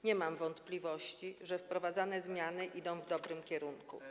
Nie mam wątpliwości, że wprowadzane zmiany idą w dobrym kierunku.